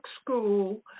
school